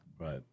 Right